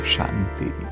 Shanti